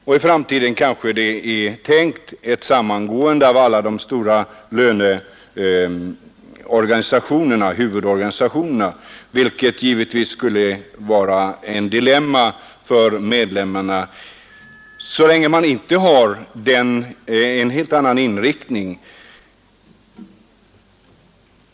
Man har kanske tänkt ett samgående av de stora huvudorganisationerna i framtiden, men det skulle betyda ett dilemma för medlem marna, så länge den fackliga rörelsen inte har fått en helt annan inriktning.